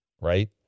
right